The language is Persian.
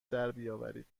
دربیاورید